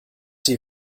die